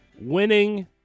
winning